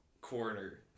corner